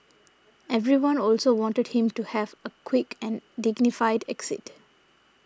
everyone also wanted him to have a quick and dignified exit